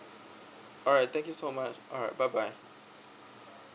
alright thank you so much alright bye bye